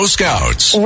Scouts